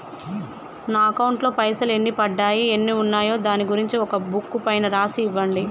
నా అకౌంట్ లో పైసలు ఎన్ని పడ్డాయి ఎన్ని ఉన్నాయో దాని గురించి ఒక బుక్కు పైన రాసి ఇవ్వండి?